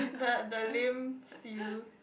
the the lame seal